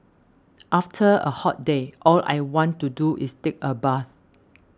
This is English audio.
after a hot day all I want to do is take a bath